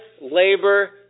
labor